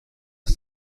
دست